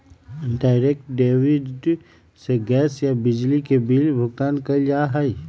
direct debit से gas या बिजली के बिल भुगतान कइल जा हई